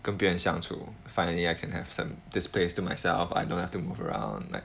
跟别人相处 finally I can have some this place to myself I don't have to move around like